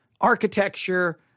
architecture